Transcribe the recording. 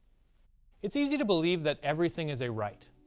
it's easy to believe that everything is a right,